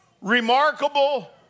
remarkable